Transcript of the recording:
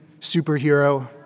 superhero